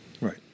Right